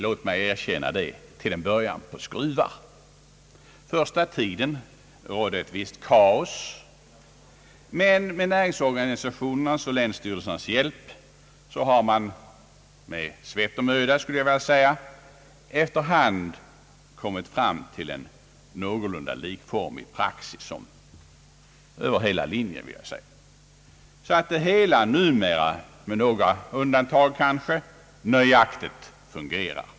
Låt mig erkänna att det till en början »gick på skruvar». Första tiden rådde ett visst kaos, men med näringslivsorganisatio nernas och länsstyrelsernas hjälp har man med svett och möda efter hand kommit fram till en någorlunda likformig praxis över hela linjen, så att det hela numera — kanske med några undantag — nöjaktigt fungerar.